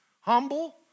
Humble